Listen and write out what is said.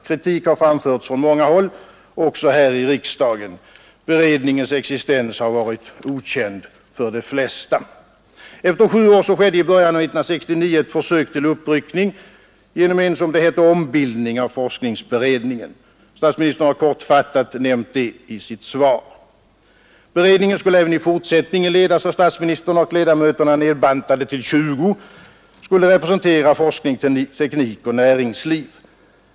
Kritik har framförts från många håll också här i riksdagen. Beredningens existens har varit okänd för de flesta. Efter sju år skedde i början av 1969 ett försök till uppryckning genom en som det heter ombildning av forskningsberedningen. Statsministern har kortfattat nämnt detta i sitt svar. Beredningen skulle även i fortsättningen ledas av statsministern, och ledamöterna, nerbantade till 20, skulle representera forskning, teknik och näringsliv.